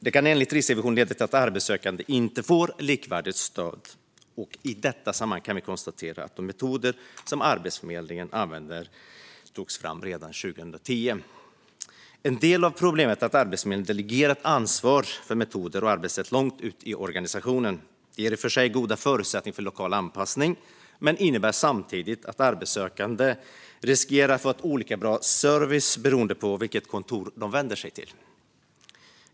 Det kan enligt Riksrevisionen leda till att arbetssökande inte får likvärdigt stöd. I detta sammanhang kan vi konstatera att de metoder som Arbetsförmedlingen använder togs fram redan 2010. En del av problemet är att Arbetsförmedlingen har delegerat ansvaret för metoder och arbetssätt långt ut i organisationen. Det ger i och för sig goda förutsättningar för lokal anpassning, men det innebär samtidigt att arbetssökande riskerar att få olika bra service beroende på vilket kontor de vänder sig till.